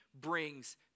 brings